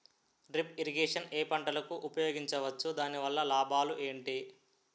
Drip irrigation ఏ పంటలకు ఉపయోగించవచ్చు? దాని వల్ల లాభాలు ఏంటి?